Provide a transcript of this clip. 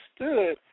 understood